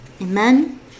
Amen